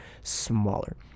smaller